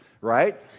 right